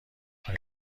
آیا